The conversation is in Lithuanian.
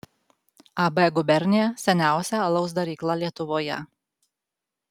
ab gubernija seniausia alaus darykla lietuvoje